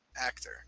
actor